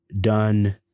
done